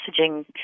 messaging